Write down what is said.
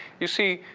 you see,